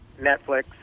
Netflix